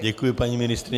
Děkuji, paní ministryně.